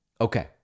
Okay